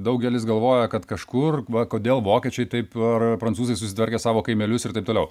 daugelis galvoja kad kažkur va kodėl vokiečiai taip ar ar prancūzai susitvarkė savo kaimelius ir taip toliau